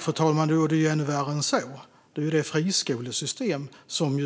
Fru talman! Det är ännu värre än så. Det friskolesystem som